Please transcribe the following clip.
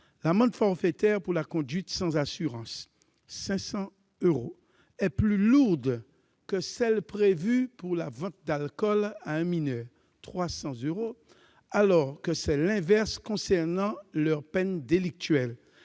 l'amende forfaitaire pour la conduite sans assurance- 500 euros -est plus lourde que celle qui est prévue pour la vente d'alcool à un mineur- 300 euros -, alors que c'est l'inverse concernant leurs peines délictuelles,